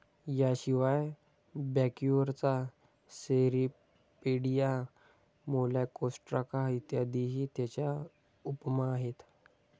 याशिवाय ब्रॅक्युरा, सेरीपेडिया, मेलॅकोस्ट्राका इत्यादीही त्याच्या उपमा आहेत